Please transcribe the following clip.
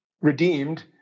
redeemed